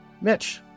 Mitch